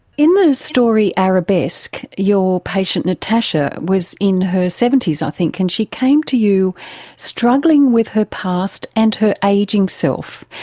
in the story arabesque, your patient natasha was in her seventy s i think, and she came to you struggling with her past and her ageing self.